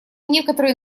некоторые